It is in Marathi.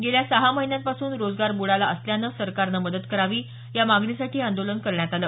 गेल्या सहा महिन्यांपासून रोजगार बुडाला असल्यानं सरकारनं मदत करावी या मागणीसाठी हे आंदोलन करण्यात आलं